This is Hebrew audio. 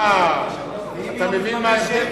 אה, מינימום, אתה מבין מה ההבדל?